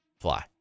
fly